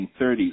1930s